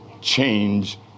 change